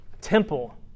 temple